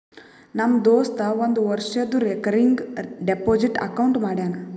ನಮ್ ದೋಸ್ತ ಒಂದ್ ವರ್ಷದು ರೇಕರಿಂಗ್ ಡೆಪೋಸಿಟ್ ಅಕೌಂಟ್ ಮಾಡ್ಯಾನ